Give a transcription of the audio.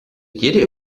jede